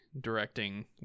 directing